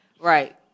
Right